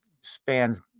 spans